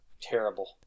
Terrible